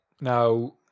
Now